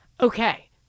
okay